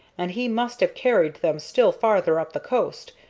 and he must have carried them still farther up the coast,